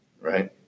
right